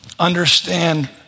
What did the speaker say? understand